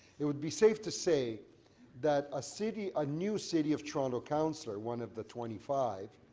it would be safe to say that a city, a new city of toronto counselor, one of the twenty five